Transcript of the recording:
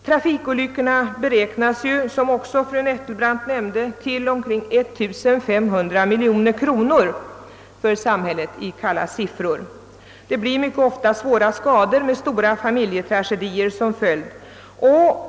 Trafikolyckorna beräknas, som fru Nettelbrandt också nämnde, till omkring 1500 miljoner kronor för samhället i kalla siffror. Det blir mycket ofta svåra skador med stora familjetragedier som följd.